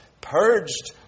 purged